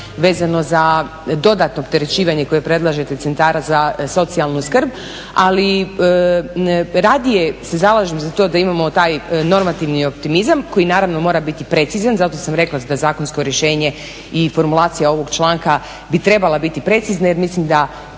vezano za dodatno opterećivanje koje predlažete centara za socijalnu skrb ali radije se zalažem za to da imamo taj normativni optimizam koji naravno mora biti precizan, zato sam rekla da zakonsko rješenje i formulacija ovog članka bi trebala biti precizna jer mislim da